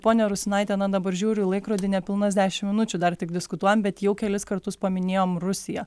ponia rusinaite na dabar žiūriu į laikrodį nepilnas dešim minučių dar tik diskutuojam bet jau kelis kartus paminėjom rusiją